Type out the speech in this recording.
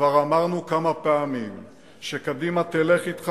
כבר אמרנו כמה פעמים שקדימה תלך אתך